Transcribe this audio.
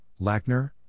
Lackner